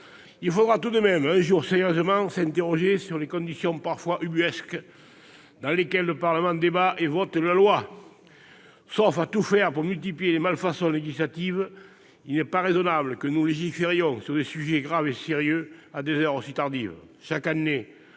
Il faudra tout de même un jour sérieusement s'interroger sur les conditions parfois ubuesques dans lesquelles le Parlement débat et vote la loi. Sauf à tout faire pour multiplier les malfaçons législatives, il n'est pas raisonnable que nous légiférions sur des sujets graves et sérieux à des heures aussi tardives. Chaque année,